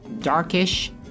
darkish